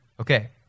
Okay